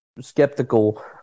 skeptical